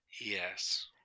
Yes